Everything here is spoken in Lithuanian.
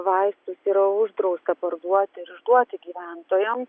vaistus yra uždrausta parduoti ir išduoti gyventojams